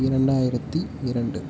இரண்டாயிரத்து இரண்டு